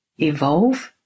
evolve